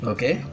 Okay